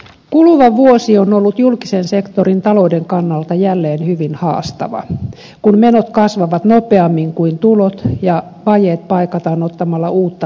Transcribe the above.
kuluva vuosi on ollut julkisen sektorin talouden kannalta jälleen hyvin haastava kun menot kasvavat nopeammin kuin tulot ja vajeet paikataan ottamalla uutta velkaa